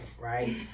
right